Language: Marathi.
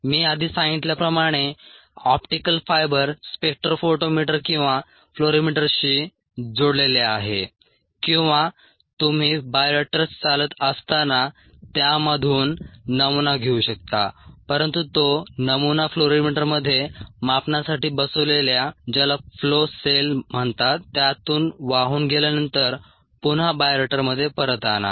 मी आधी सांगितल्याप्रमाणे ऑप्टिकल फायबर स्पेक्ट्रोफोटोमीटर किंवा फ्लोरिमीटरशी जोडलेले आहे किंवा तुम्ही बायोरिएक्टर्स चालत असताना त्यातून नमुना घेऊ शकता परंतु तो नमुना फ्लोरिमीटरमध्ये मापनासाठी बसवलेल्या ज्याला फ्लो सेल म्हणतात त्यातून वाहून गेल्यानंतर पुन्हा बायोरिएक्टरमध्ये परत आणा